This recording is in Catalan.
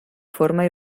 forma